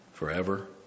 Forever